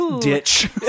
ditch